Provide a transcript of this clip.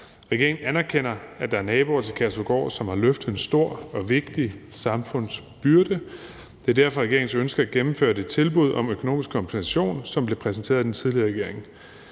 Regeringen anerkender, at der er naboer til Kærshovedgård, som har løftet en stor og vigtig samfundsbyrde. Det er derfor regeringens ønske at gennemføre det tilbud om økonomisk kompensation, som blev præsenteret af den tidligere regering.